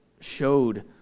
showed